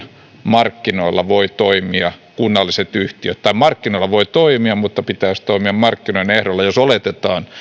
markkinoilla voivat toimia kunnalliset yhtiöt markkinoilla voivat toimia mutta pitäisi toimia markkinoiden ehdoilla jos oletetaan